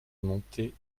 monter